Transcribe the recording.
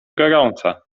gorąca